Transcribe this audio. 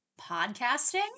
podcasting